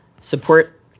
support